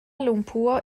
lumpur